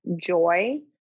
joy